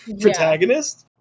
protagonist